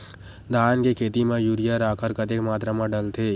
धान के खेती म यूरिया राखर कतेक मात्रा म डलथे?